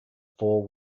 four